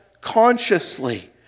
consciously